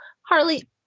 Harley